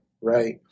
right